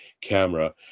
camera